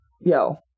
yo